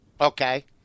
okay